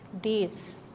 deeds